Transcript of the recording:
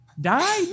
Die